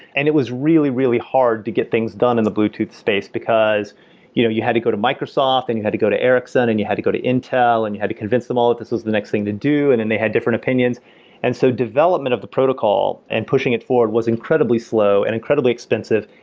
and it was really, really hard to get things done in the bluetooth space, because you know you had to go to microsoft and you had to go to ericsson and you had to go to intel and you had to convince them all that this was the next thing to do and then they had different opinions so development of the protocol and pushing it forward was incredibly slow and incredibly expensive,